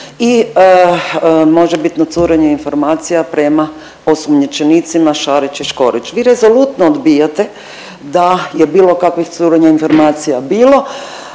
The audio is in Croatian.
i možebitno curenje informacija prema osumnjičenicima Šariću Škorić. Vi rezolutno odbijate da je bilo kakvih curenja informacija bilo,